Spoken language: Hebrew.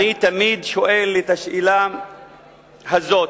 אני תמיד שואל את השאלה הזאת: